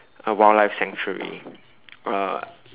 a wildlife sanctuary uh